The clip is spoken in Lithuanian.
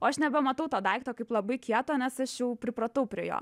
o aš nebematau to daikto kaip labai kieto nes aš jau pripratau prie jo